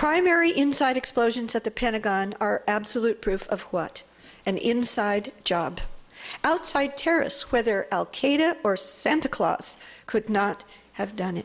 primary inside explosions at the pentagon are absolute proof of what an inside job outside terrorists whether al qaeda or santa claus could not have done